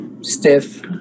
stiff